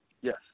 Yes